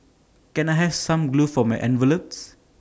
can I have some glue for my envelopes